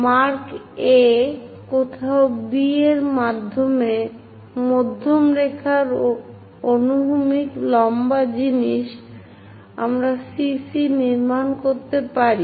mark A কোথাও B এবং মধ্যম রেখার অনুভূমিক লম্বা জিনিস আমরা CC নির্মাণ করতে পারি